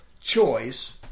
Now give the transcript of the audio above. choice